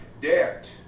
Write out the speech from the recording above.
debt